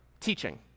teaching